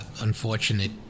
unfortunate